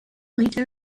later